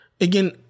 Again